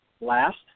last